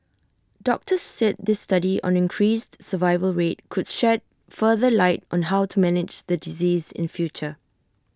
doctors said this study on increased survival rate could shed further light on how to manage the disease in future